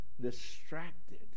distracted